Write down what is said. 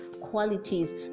qualities